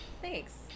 Thanks